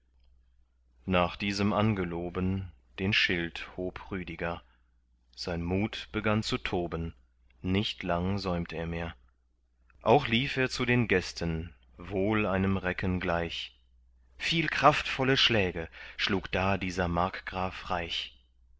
nach diesem angeloben den schild hob rüdiger sein mut begann zu toben nicht länger säumt er mehr auch lief er zu den gästen wohl einem recken gleich viel kraftvolle schläge schlug da dieser markgraf reich